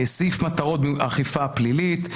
סעיף מטרות אכיפה פלילית.